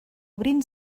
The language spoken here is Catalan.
obrint